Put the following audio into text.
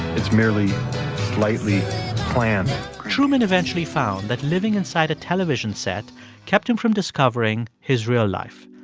it's merely slightly planned truman eventually found that living inside a television set kept him from discovering his real life.